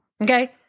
Okay